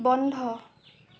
বন্ধ